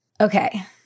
Okay